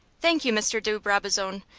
thank you, mr. de brabazon,